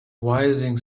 rising